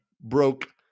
broke